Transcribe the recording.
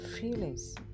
feelings